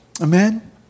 Amen